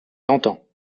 tentant